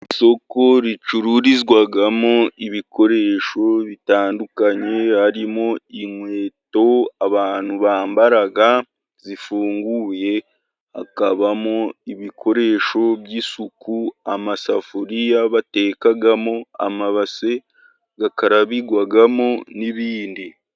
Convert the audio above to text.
Isoko ricururizwamo ibikoresho bitandukanye harimo inkweto abantu bambara zifunguye, hakabamo ibikoresho by'isuku, amasafuriya batekamo, amabase bakarabigwamo, n'ibindi....